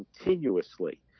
continuously